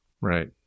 Right